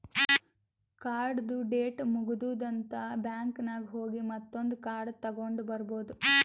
ಕಾರ್ಡ್ದು ಡೇಟ್ ಮುಗದೂದ್ ಅಂತ್ ಬ್ಯಾಂಕ್ ನಾಗ್ ಹೋಗಿ ಮತ್ತೊಂದ್ ಕಾರ್ಡ್ ತಗೊಂಡ್ ಬರ್ಬಹುದ್